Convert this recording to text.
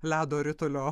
ledo ritulio